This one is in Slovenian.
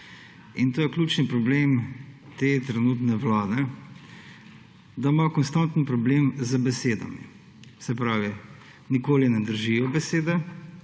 In to je ključni problem te trenutne vlade, da ima konstanten problem z besedami. Se pravi, nikoli ne držijo besede,